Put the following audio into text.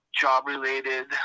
job-related